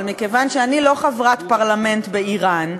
אבל מכיוון שאני לא חברת פרלמנט באיראן,